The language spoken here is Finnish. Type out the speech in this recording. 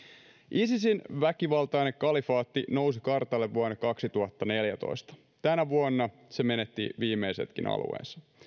isisin väkivaltainen kalifaatti nousi kartalle vuonna kaksituhattaneljätoista tänä vuonna se menetti viimeisetkin alueensa